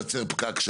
הפוך.